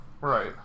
right